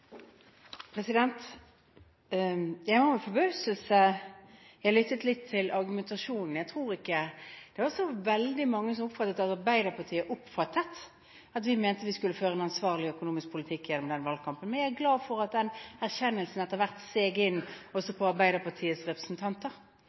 med litt forbauselse jeg lyttet til argumentasjonen. Jeg tror ikke at det var så veldig mange som oppfattet at Arbeiderpartiet oppfattet, gjennom valgkampen, at vi mente vi skulle føre en ansvarlig økonomisk politikk. Men jeg er glad for at den erkjennelsen etter hvert seg inn også